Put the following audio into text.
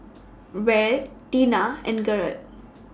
Raleigh Tina and Gerard